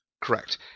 Correct